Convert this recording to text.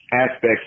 aspects